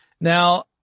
Now